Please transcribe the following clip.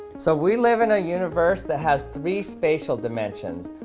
so we live in a universe that has three spatial dimensions.